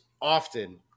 often